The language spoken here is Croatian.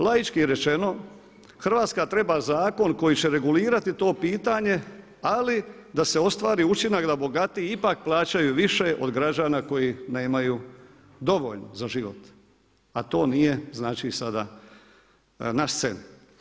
Laički rečeno Hrvatska treba zakon koji će regulirati to pitanje ali da se ostvari učinak da bogatiji ipak plaćaju više od građana koji nemaju dovoljno za život a to nije znači sada na sceni.